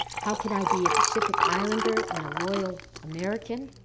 how can i be a pacific islander and loyal american?